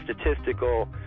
statistical